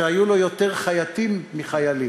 שהיו לו יותר חייטים מחיילים.